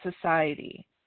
society